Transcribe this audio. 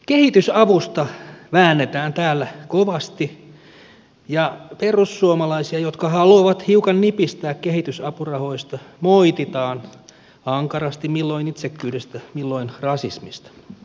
kehitysavusta väännetään täällä kovasti ja perussuomalaisia jotka haluavat hiukan nipistää kehitysapurahoista moititaan ankarasti milloin itsekkyydestä milloin rasismista